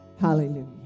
Hallelujah